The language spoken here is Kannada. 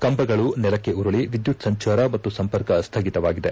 ಕಂಬಗಳು ನೆಲಕ್ಕುರುಳಿ ವಿದ್ಲುತ್ ಸಂಚಾರ ಮತ್ತು ಸಂಪರ್ಕ ಸ್ವಗಿತವಾಗಿದೆ